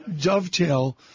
dovetail